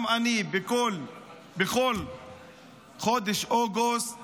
גם אני בכל חודש אוגוסט